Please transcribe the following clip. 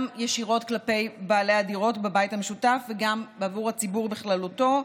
גם ישירות כלפי בעלי הדירות בבית המשותף וגם בעבור הציבור בכללותו.